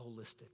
holistic